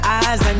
eyes